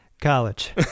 college